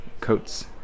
coats